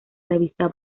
revista